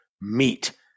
meat